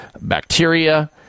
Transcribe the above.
bacteria